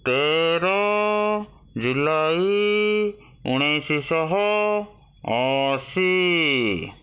ତେର ଜୁଲାଇ ଉଣେଇଶ ଶହ ଅଶୀ